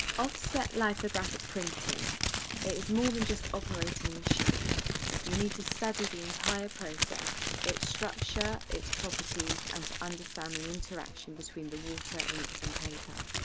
offset lithographic printing it is more than just operating a machine you need to study the entire process, its structure, its properties and the interaction between the water, ink and paper.